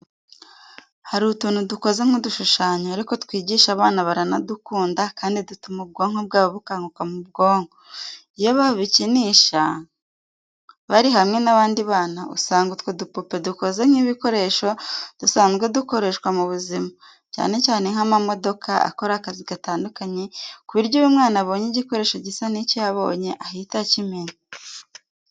Hari utuntu dukoze nk'udushushanyo ariko twigisha abana baranadukunda kandi dutuma ubwonko bwabo bukanguka mu bwonko, iyo babikinisha bari hamwe n'abandi bana, usanga utwo dupupe dukoze nk'ibikoresho dusanzwe dukoresha mu buzima, cyane cyane nk'amamodoka akora akazi gatandukanye, ku buryo iyo umwana abonye igikoresho gisa n'icyo yabonye ahita akimenya.